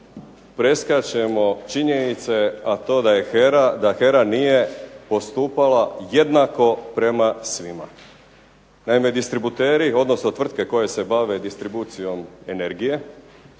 preskačemo činjenice a to da je HERA, da HERA nije postupala jednako prema svima. Naime distributeri, odnosno tvrtke koje se bave distribucijom energije,